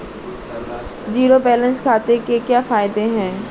Zero balance खाते के क्या फायदे हैं?